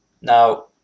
Now